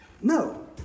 No